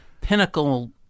pinnacle